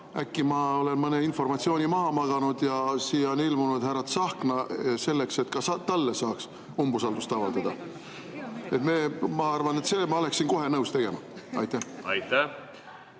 äkki ma olen mõne informatsiooni maha maganud. Kas siia on ilmunud härra Tsahkna selleks, et ka talle saaks umbusaldust avaldada? Ma arvan, et ma oleksin seda kohe nõus tegema. Ma